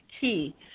key